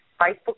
Facebook